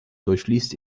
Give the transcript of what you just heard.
durchfließt